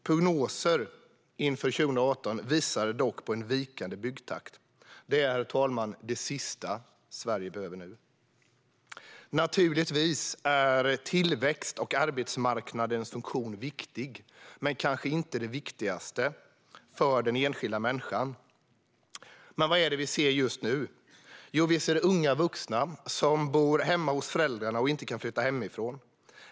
Prognoser inför 2018 visar dock på en vikande byggtakt. Det är det sista Sverige behöver nu. Naturligtvis är tillväxt och arbetsmarknadens funktion viktigt, men det är kanske inte det viktigaste för den enskilda människan. Vad är det då vi ser just nu? Jo, vi ser unga vuxna som bor hemma hos föräldrarna och inte kan flytta hemifrån.